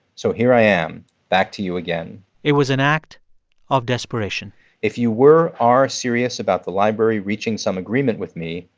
so here i am back to you again it was an act of desperation if you were are serious about the library reaching some agreement with me,